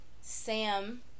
sam